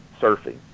surfing